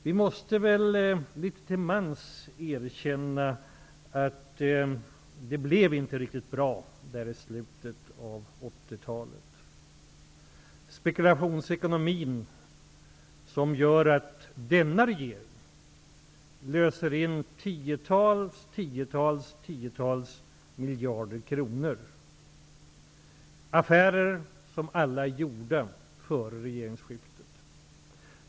Vi måste väl litet till mans erkänna att det inte blev riktigt bra i slutet av 80-talet. Då fanns spekulationsekonomin, som gör att den nuvarande regeringen löser in flera tiotals miljarder kronor. Det handlar om affärer som alla är gjorda före regeringsskiftet.